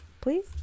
please